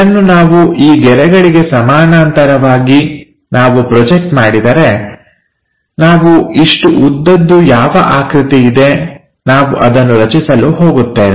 ಇದನ್ನು ನಾವು ಈ ಗೆರೆಗಳಿಗೆ ಸಮಾನಾಂತರವಾಗಿ ನಾವು ಪ್ರೊಜೆಕ್ಟ್ ಮಾಡಿದರೆ ನಾವು ಇಷ್ಟು ಉದ್ದದ್ದು ಯಾವ ಆಕೃತಿಯಿದೆ ನಾವು ಅದನ್ನು ರಚಿಸಲು ಹೋಗುತ್ತೇವೆ